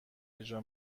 اجرا